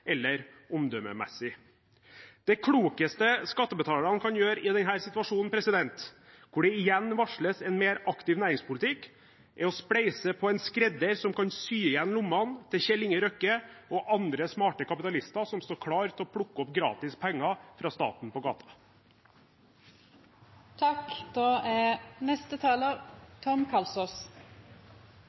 eller omdømmemessig. Det klokeste skattebetalerne kan gjøre i denne situasjonen, hvor det igjen varsles en mer aktiv næringspolitikk, er å spleise på en skredder som kan sy igjen lommene til Kjell Inge Røkke og andre smarte kapitalister som står klar til å plukke opp gratis penger fra staten på